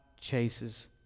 chases